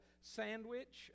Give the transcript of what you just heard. sandwich